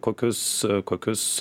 kokius kokius